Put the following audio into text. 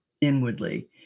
inwardly